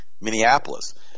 Minneapolis